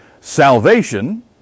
Salvation